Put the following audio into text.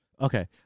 Okay